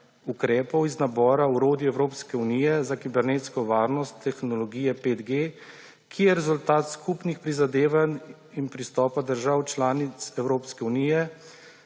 ukrepov iz nabora orodij Evropske unije za kibernetsko varnost tehnologije 5G, ki je rezultat skupnih prizadevanj in pristopa držav članic Evropske unije,